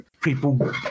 People